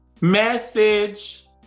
Message